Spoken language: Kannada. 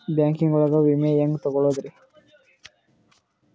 ಬ್ಯಾಂಕಿಂಗ್ ಒಳಗ ವಿಮೆ ಹೆಂಗ್ ತೊಗೊಳೋದ್ರಿ?